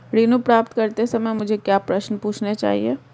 ऋण प्राप्त करते समय मुझे क्या प्रश्न पूछने चाहिए?